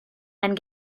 and